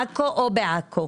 עכו, או בעכו.